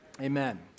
amen